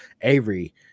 Avery